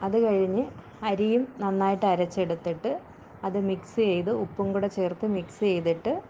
അത് കഴിഞ്ഞ് അരിയും നന്നായിട്ട് അരച്ചെടുത്തിട്ട് അത് മിക്സ് ചെയ്ത് ഉപ്പും കൂടെ ചേർത്ത് മിക്സ് ചെയ്തിട്ട്